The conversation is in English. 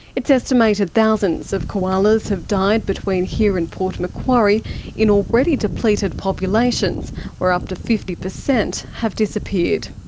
it's estimated thousands of koalas have died between here and port macquarie in already depleted populations where up to fifty percent have disappeared.